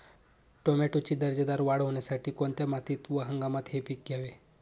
टोमॅटोची दर्जेदार वाढ होण्यासाठी कोणत्या मातीत व हंगामात हे पीक घ्यावे?